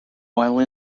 while